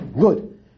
Good